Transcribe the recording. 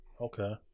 Okay